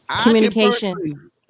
Communication